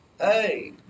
hey